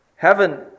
Heaven